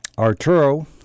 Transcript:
Arturo